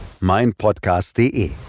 meinpodcast.de